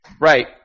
Right